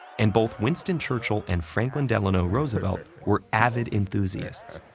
and both winston churchill and franklin delano roosevelt were avid enthusiasts,